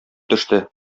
төште